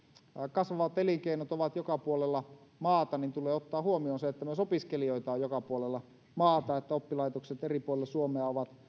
kasvavat elinkeinomme ovat joka puolella maata niin tulee ottaa huomioon se että myös opiskelijoita on joka puolella maata että oppilaitokset eri puolilla suomea ovat